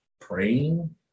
praying